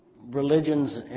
religions